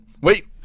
wait